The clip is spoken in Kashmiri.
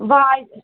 واجہِ